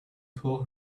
pull